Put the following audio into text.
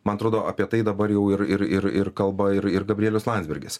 man atrodo apie tai dabar jau ir ir ir ir kalba ir ir gabrielius landsbergis